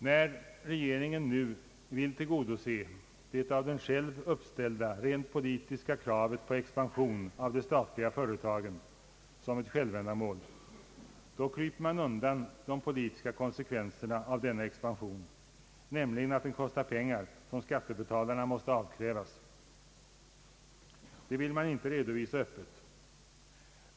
När regeringen nu vill tillgodose det av den själv uppställda rent politiska kravet på expansion av de statliga företagen som ett självändamål, kryper man undan de politiska konsekvenserna av denna expansion, nämligen att den kostar pengar som skattebetalarna måste avkrävas. Det vill man inte redovisa öppet.